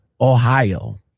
Ohio